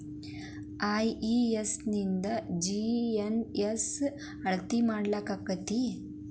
IES ನಿಂದ GNI ಅಳತಿ ಮಾಡಾಕಕ್ಕೆತಿ?